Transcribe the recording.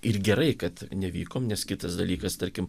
ir gerai kad nevykom nes kitas dalykas tarkim